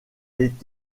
est